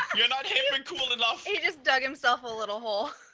you're not hip and cool enough. he just dug himself a little hole,